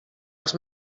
els